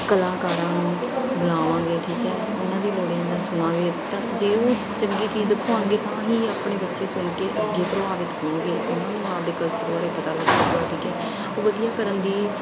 ਕਲਾਕਾਰਾਂ ਨੂੰ ਬੁਲਾਵਾਂਗੇ ਠੀਕ ਹੈ ਉਹਨਾਂ ਦੀ ਲੋੜੀਂਦਾ ਸੁਣਾਂਗੇ ਤਾਂ ਜੇ ਉਹ ਚੰਗੀ ਚੀਜ਼ ਦਿਖਾਉਣਗੇ ਤਾਂ ਹੀ ਆਪਣੇ ਬੱਚੇ ਸੁਣ ਕੇ ਅੱਗੇ ਪ੍ਰਭਾਵਿਤ ਹੋਣਗੇ ਉਹਨਾਂ ਨੂੰ ਆਪਣੇ ਕਲਚਰ ਬਾਰੇ ਪਤਾ ਲੱਗੂਗਾ ਠੀਕ ਹੈ ਉਹ ਵਧੀਆ ਕਰਨ ਦੀ